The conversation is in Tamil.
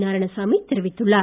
நாராயணசாமி தெரிவித்துள்ளார்